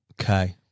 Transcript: okay